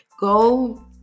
Go